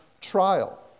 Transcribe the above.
trial